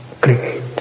create